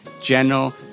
general